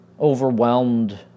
overwhelmed